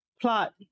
plot